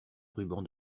ruban